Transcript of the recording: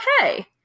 okay